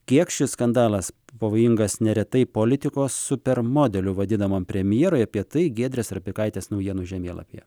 kiek šis skandalas pavojingas neretai politikos super modeliu vadinamam premjerui apie tai giedrės trapikaitės naujienų žemėlapyje